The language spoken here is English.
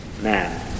man